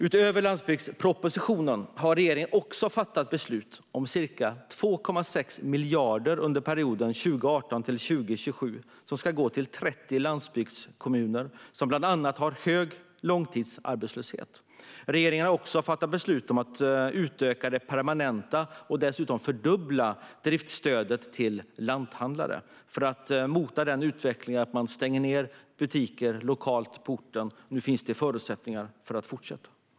Utöver landsbygdspropositionen har regeringen också fattat beslut om ca 2,6 miljarder som under perioden 2018-2027 ska gå till 30 landsbygdskommuner som bland annat har hög långtidsarbetslöshet. Regeringen har också fattat beslut om att utöka och dessutom fördubbla det permanenta driftstödet till lanthandlare för att mota utvecklingen att man stänger ned butiker lokalt på orten. Nu finns det förutsättningar för att fortsätta.